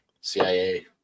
CIA